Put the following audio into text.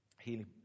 Healing